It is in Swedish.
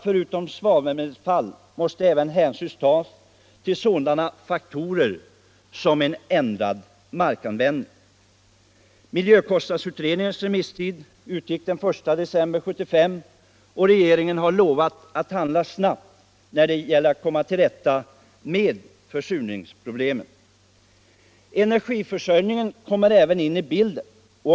Förutom till svavelnedfall måste hänsyn även tas till sådana faktorer som ändrad markanvändning. Miljökostnadsutredningens remisstid utgick den I september 1975, och regeringen har lovat att handla snabbt för att komma till rätta med försurningsproblematiken. Energiförsörjningen kommer även in i bilden.